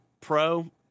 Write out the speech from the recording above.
pro